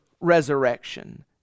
resurrection